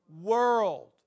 world